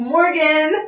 Morgan